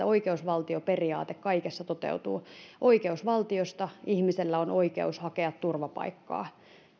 oikeusvaltioperiaate kaikessa toteutuu oikeusvaltiosta ihmisellä on oikeus hakea turvapaikkaa